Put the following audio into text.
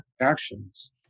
actions